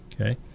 okay